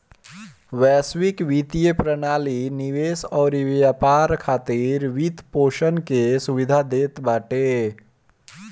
वैश्विक वित्तीय प्रणाली निवेश अउरी व्यापार खातिर वित्तपोषण कअ सुविधा देत बाटे